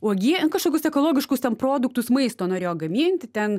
ogie nu kažkokius tai ekologiškus ten produktus maisto norėjo gaminti ten